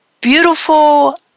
Beautiful